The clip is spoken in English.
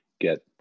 Get